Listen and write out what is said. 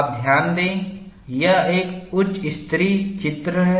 आप ध्यान दें यह एक उच्चस्तरीय चित्र है